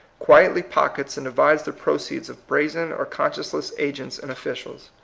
quietly pockets and divides the proceeds of brazen or conscienceless agents and officials.